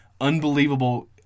unbelievable